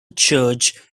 church